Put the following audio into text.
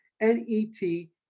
N-E-T